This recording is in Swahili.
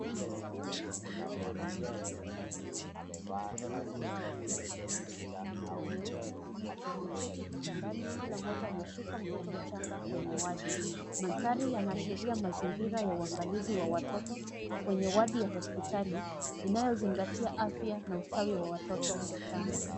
Wanawake watatu waliovaa mashati meupe na sketi za kahawia hafifu na nyeupe wameketi kitandani kila mmoja ameshika mtoto mchanga kwenye wadi. Mandhari yanaashiria mazingira ya uangalizi wa watoto kwenye wadi ya hospitali inayozingatia afya na ustawi wa watoto wachanga.